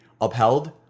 upheld